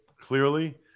clearly